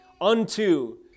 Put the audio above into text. unto